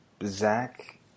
Zach